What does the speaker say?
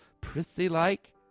prissy-like